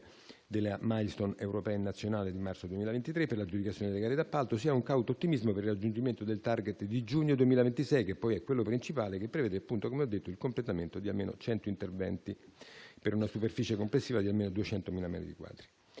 della *milestone* europea e nazionale di marzo 2023 per l'aggiudicazione delle gare d'appalto sia un cauto ottimismo per il raggiungimento del *target* di giugno 2026, che poi è quello principale, che prevede, come ho detto, il completamento di almeno 100 interventi, per una superficie complessiva di almeno 200.000 metri quadri.